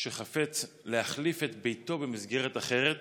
שחפץ להחליף את ביתו במסגרת אחרת